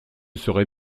serait